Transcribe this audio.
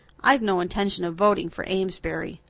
i've no intention of voting for amesbury.